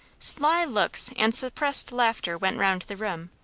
sly looks and suppressed laughter went round the room,